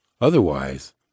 Otherwise